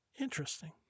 Interesting